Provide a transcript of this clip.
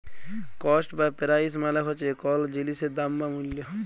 cost বা price মালে হছে কল জিলিসের দাম বা মূল্য